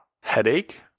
headache